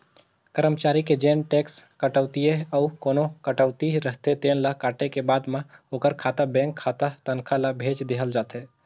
करमचारी के जेन टेक्स कटउतीए अउ कोना कटउती रहिथे तेन ल काटे के बाद म ओखर खाता बेंक खाता तनखा ल भेज देहल जाथे